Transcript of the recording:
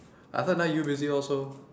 ah sometime you busy also